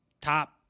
top